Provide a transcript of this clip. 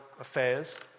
affairs